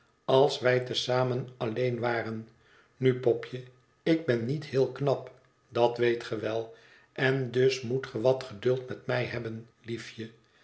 als wij te zamen alleen waren nu popje ik ben niet heel knap dat weet ge wel en dus moet ge wat geduld met mij hebben liefje